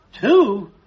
Two